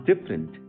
different